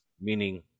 meaning